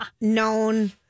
known